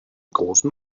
großen